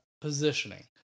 positioning